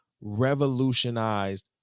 revolutionized